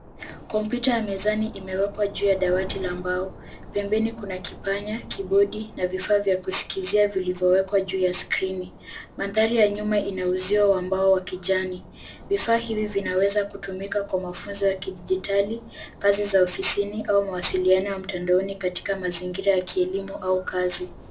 Kompyuta ya mezani imewekwa juu ya dawati la mbao; pembeni kuna kipanya, kibondi, na vifaa vya kusikizia vilivyowekwa juu ya skrini. Mandhari ya nyuma ina uzio wa mbao yakijani. Vifaa hivi vinaweza kutumika kwa mafunzo ya kidijitali, kazi za ofisini, au mawasiliano ya mtandaoni katika mazingira ya kielimu au kazi.